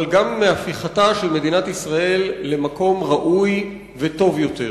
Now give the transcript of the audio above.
אבל גם בהפיכתה של מדינת ישראל למקום ראוי וטוב יותר.